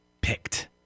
picked